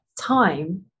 time